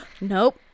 Nope